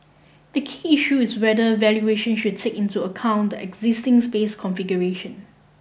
the key issue is whether valuation should take into account the existing space configuration